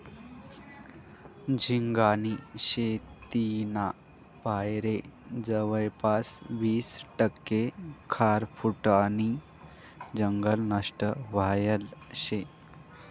झिंगानी शेतीना पायरे जवयपास वीस टक्का खारफुटीनं जंगल नष्ट व्हयेल शे